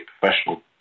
professional